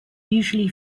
usually